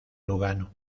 lugano